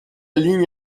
ligne